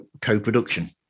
co-production